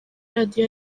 radio